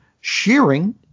shearing